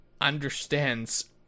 understands